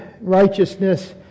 righteousness